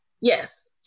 Yes